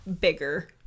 bigger